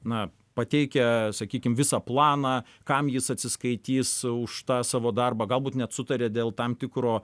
na pateikia sakykim visą planą kam jis atsiskaitys už tą savo darbą galbūt net sutaria dėl tam tikro